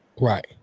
Right